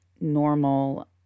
normal